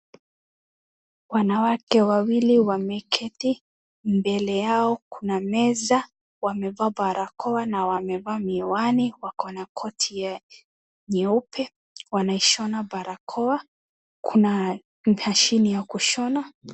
Wanawake wawili wameketi. Mbele yao kuna meza. Wamevaa barakoa, na wamevaa miwani. Wako na koti ya nyeupe, wanashona barakoa. Kuna mashini ya kushona.